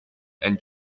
and